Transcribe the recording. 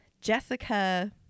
Jessica